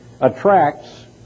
attracts